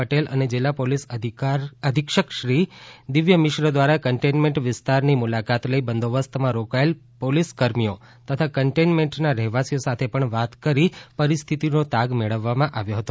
પટેલ અને જિલ્લાં પોલીસ અધિક્ષકશ્રી દિવ્યઆ મિશ્ર દ્વારા કન્ટેકઇનમેન્ટા વિસ્તાપરની મુલાકાત લઇ બંદોબસ્ત્માં રોકાયેલ પોલીસ કર્મીઓ તથા કન્ટેઇનમેન્ટેના રહેવાસીઓ સાથે પણ વાત કરી પરિસ્થિરતિનો તાગ મેળવવામાં આવ્યો હતો